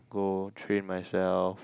go train myself